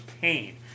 pain